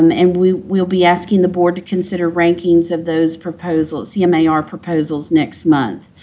um and we'll we'll be asking the board to consider rankings of those proposals, cmar proposals, next month.